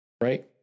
right